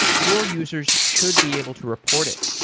your users should be able to report it,